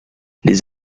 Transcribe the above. les